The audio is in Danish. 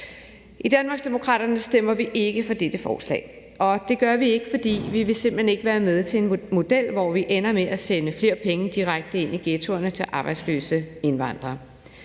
I Danmarksdemokraterne stemmer vi ikke for dette lovforslag, og det gør vi ikke, fordi vi simpelt hen ikke vil være med til en model, hvor vi ender med at sende flere penge direkte ind i ghettoerne til arbejdsløse indvandrere.